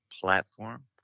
platform